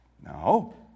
No